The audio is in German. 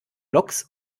loks